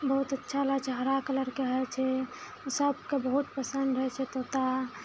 बहुत अच्छा लागै छै हरा कलरके होइ छै सबके बहुत पसन्द होइ छै तोता